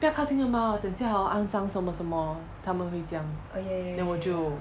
不要靠近那个猫等下 hor 肮脏什么什么他们会这样 then 我就